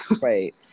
Right